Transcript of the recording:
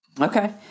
Okay